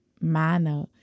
manner